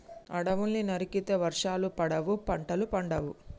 అడవుల్ని నరికితే వర్షాలు పడవు, పంటలు పండవు